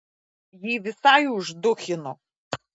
jį visai užduchino